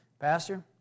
Pastor